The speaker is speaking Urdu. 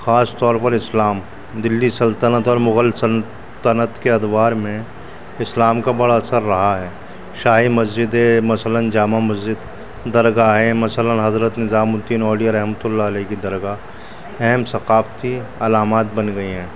خاص طور پر اسلام دلی سلطنت اور مغل سلطنت کے ادوار میں اسلام کا بڑا اثر رہا ہے شاہی مسجدیں مثلاً جامع مسجد درگاہیں مثلاً حضرت نظام الدین اولیا رحمۃ اللہ علیہ کی درگاہ اہم ثقافتی علامات بن گئی ہیں